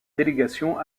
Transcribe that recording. délégation